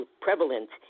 prevalent